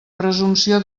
presumpció